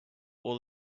all